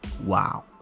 wow